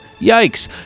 Yikes